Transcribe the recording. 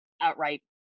outright